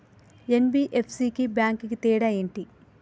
NBFC కి bank కి తేడా ఏంటి?